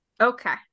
Okay